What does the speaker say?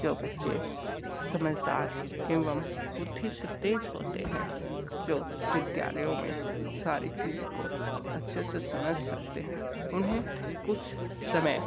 जो बच्चे समझदार एवम बुद्धि से तेज़ होते हैं जो विद्यालयों में सारी चीज़ों को अच्छे से समझ सकते हैं उन्हें कुछ समय